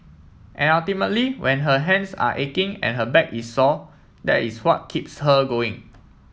and ultimately when her hands are aching and her back is sore that is what keeps her going